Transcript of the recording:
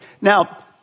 Now